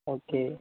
okay